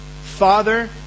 Father